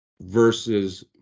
Versus